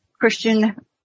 Christian